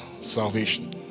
salvation